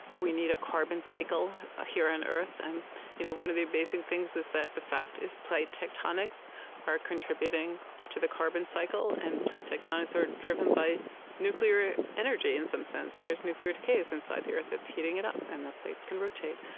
we need a carbon cycle ah here on and earth and you know one of the amazing things is that the fact is that plate tectonics are contributing to the carbon cycle. and plate tectonics are driven by nuclear energy, in some sense. there's nuclear decays inside the earth that's heating it up, and the plates can rotate.